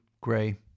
gray